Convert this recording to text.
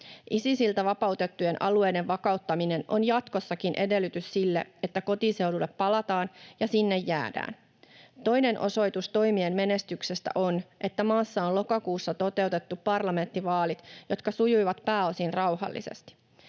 Isisiltä vapautettujen alueiden vakauttaminen on jatkossakin edellytys sille, että kotiseudulle palataan ja sinne jäädään. Toinen osoitus toimien menestyksestä on, että maassa on lokakuussa toteutettu parlamenttivaalit, jotka sujuivat pääosin rauhallisesti.